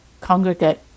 congregate